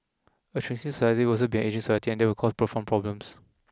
a shrinking society will also be an ageing society and that will cause profound problems